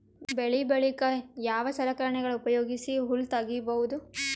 ಬೆಳಿ ಬಳಿಕ ಯಾವ ಸಲಕರಣೆಗಳ ಉಪಯೋಗಿಸಿ ಹುಲ್ಲ ತಗಿಬಹುದು?